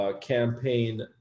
campaign